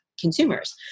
consumers